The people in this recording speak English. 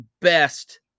best